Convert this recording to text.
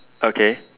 okay